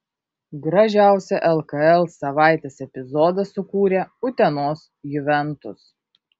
gražiausią lkl savaitės epizodą sukūrė utenos juventus